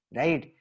right